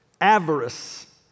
avarice